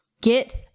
get